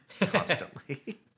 constantly